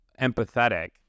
empathetic